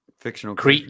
Fictional